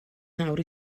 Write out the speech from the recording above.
nawr